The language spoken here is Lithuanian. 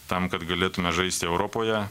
tam kad galėtume žaisti europoje